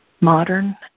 modern